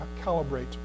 calibrate